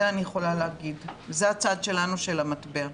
זה הצד שלנו של המטבע.